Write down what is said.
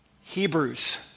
Hebrews